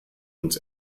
uns